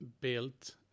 built